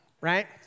right